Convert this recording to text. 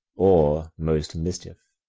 or most mischief.